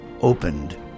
opened